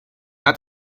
hat